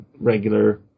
regular